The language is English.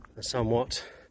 somewhat